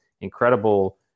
incredible